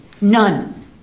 none